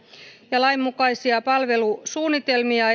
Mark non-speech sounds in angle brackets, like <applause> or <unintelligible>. ja lain mukaisia palvelusuunnitelmia <unintelligible>